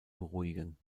beruhigen